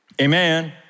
Amen